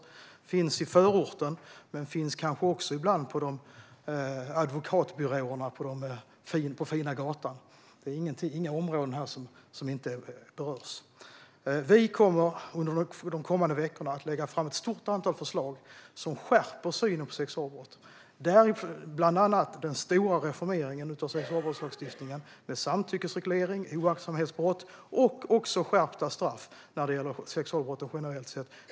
Det finns i förorten, och det finns kanske också ibland på advokatbyråerna på fina gatan. Det finns inga områden som inte berörs. Under kommande veckor kommer vi att lägga fram ett stort antal förslag som skärper synen på sexualbrott. Det gäller bland annat den stora reformeringen av sexualbrottslagstiftningen med en samtyckesreglering, ett oaktsamhetsbrott och också skärpta straff för sexualbrott generellt sett.